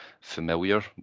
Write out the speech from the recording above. familiar